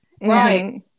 right